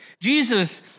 Jesus